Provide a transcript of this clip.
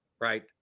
right